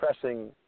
pressing